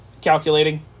Calculating